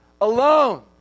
alone